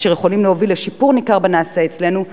אשר יכולים להוביל לשיפור ניכר בנעשה אצלנו,